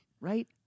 Right